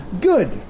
good